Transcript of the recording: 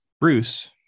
Bruce